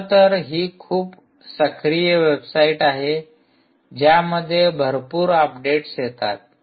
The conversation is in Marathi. खर तर हि खूप सक्रिय वेबसाइट आहे ज्यामध्ये भरपूर अपडेट्स येतात